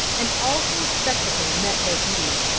an awful spectacle met their view.